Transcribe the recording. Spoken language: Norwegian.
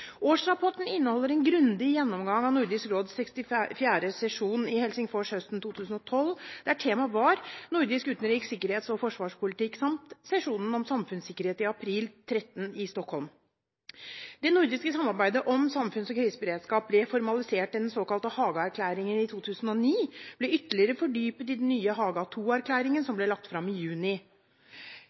Årsrapporten inneholder en grundig gjennomgang av Nordisk råds 64. sesjon i Helsingfors høsten 2012, der temaet var nordisk utenriks-, sikkerhets- og forsvarspolitikk, samt sesjonen om samfunnssikkerhet i april 2013 i Stockholm. Det nordiske samarbeidet om samfunns- og kriseberedskap, som ble formalisert i den såkalte Haga-erklæringen i 2009, ble ytterligere fordypet i den nye Haga II-erklæringen som ble lagt fram i juni.